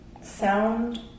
sound